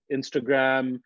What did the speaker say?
Instagram